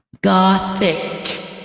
gothic